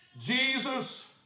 Jesus